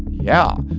yeah,